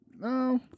No